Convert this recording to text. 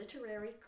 literary